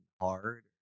hard